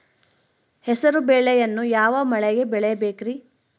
ಹೆಸರುಬೇಳೆಯನ್ನು ಯಾವ ಮಳೆಗೆ ಬೆಳಿಬೇಕ್ರಿ?